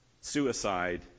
suicide